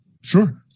Sure